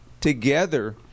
together